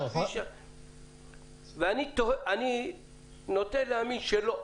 אני נוטה להאמין שלא.